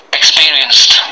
experienced